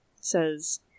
says